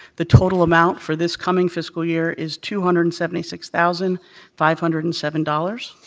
the total amount for this coming fiscal year is two hundred and seventy six thousand five hundred and seven dollars,